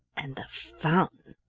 and the fountain